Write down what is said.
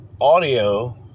audio